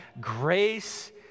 Grace